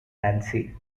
nancy